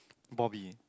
Bobby